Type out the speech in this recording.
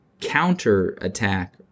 counterattack